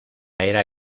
era